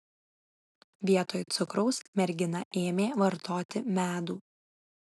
vietoj cukraus mergina ėmė vartoti medų